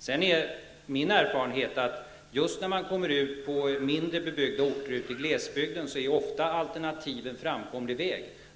För det andra är min erfarenhet att alternativ ofta är en framkomlig väg just när man kommer ut i mindre bebyggda orter ute i glesbygden.